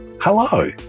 hello